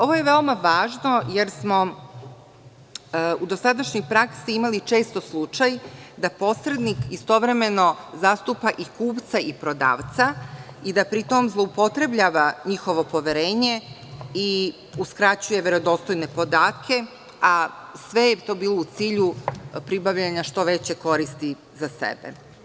Ovo je veoma važno, jer smo u dosadašnjoj praksi imali slučaj da posrednik istovremeno zastupa i kupca i prodavca i da pri tom zloupotrebljava njihovo poverenje i uskraćuje verodostojne podatke, a sve je to bilo u cilju pribavljanja što veće koristi za sebe.